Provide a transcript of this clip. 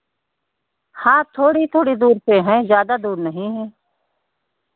हाँ थोड़ी थोड़ी दूर पे है ज़्यादा दूर नहीं हैं